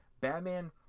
Batman